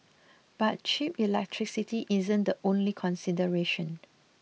but cheap electricity isn't the only consideration